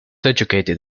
educated